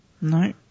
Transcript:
No